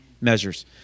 measures